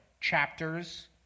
chapters